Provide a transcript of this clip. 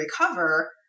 recover